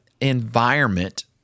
environment